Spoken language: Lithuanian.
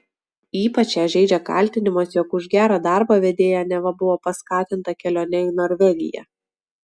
ypač ją žeidžia kaltinimas jog už gerą darbą vedėja neva buvo paskatinta kelione į norvegiją